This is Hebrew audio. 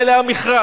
היה עליה מכרז.